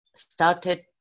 started